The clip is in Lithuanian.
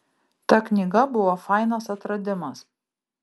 ta knyga buvo fainas atradimas